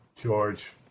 George